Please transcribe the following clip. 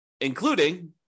including